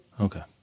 Okay